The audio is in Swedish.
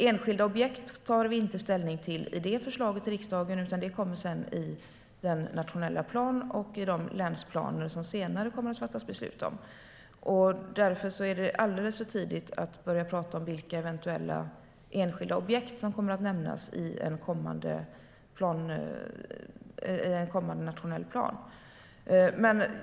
Enskilda objekt tar vi inte ställning till i detta förslag till riksdagen, utan det kommer sedan i den nationella planen och i de länsplaner som det senare kommer att fattas beslut om. Därför är det alldeles för tidigt att börja tala om vilka eventuella enskilda objekt som kommer att nämnas i en kommande nationell plan.